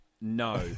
no